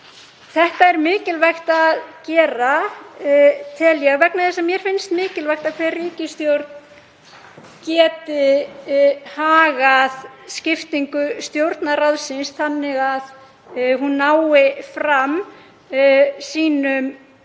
Þetta er mikilvægt að gera, tel ég, því að mér finnst mikilvægt að hver ríkisstjórn geti hagað skiptingu Stjórnarráðsins þannig að hún nái fram